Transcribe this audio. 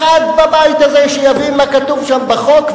אחד בבית הזה שיבין מה כתוב שם בחוק,